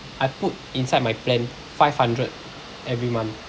I put inside my plan five hundred every month